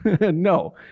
No